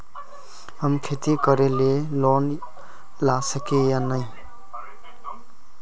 हम खेती करे ले लोन ला सके है नय?